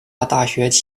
大学